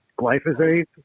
glyphosate